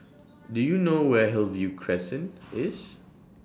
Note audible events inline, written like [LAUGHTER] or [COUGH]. [NOISE] Do YOU know Where Hillview Crescent [NOISE] IS